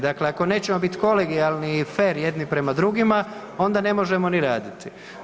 Dakle, ako nećemo biti kolegijalni i fer jedni prema drugima onda ne možemo ni raditi.